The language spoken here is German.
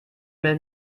mail